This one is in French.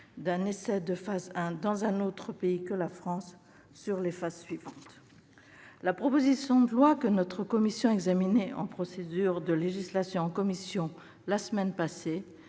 d'un essai de phase 1 dans un autre pays que la France sur les phases suivantes. La proposition de loi que notre commission a examinée en procédure de législation en commission la semaine passée